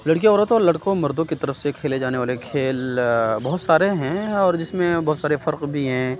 لڑکیوں عورتوں اور لڑکوں اور مردوں کی طرف سے کھیلے جانے والے کھیل بہت سارے ہیں اور جس میں بہت سارے فرق بھی ہیں